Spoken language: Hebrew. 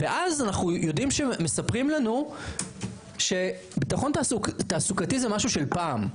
ואז מספרים לנו שביטחון תעסוקתי זה משהו של פעם.